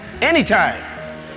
anytime